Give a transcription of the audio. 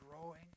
growing